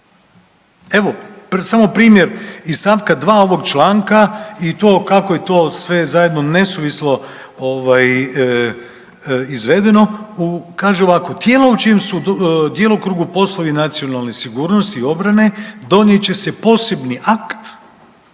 Evo samo primjer iz st. 2. ovog članka i kako je to sve zajedno nesuvislo izvedeno kaže ovako „Tijela u čijem su djelokrugu poslovi nacionalne sigurnosti i obrane donijet će se posebni akt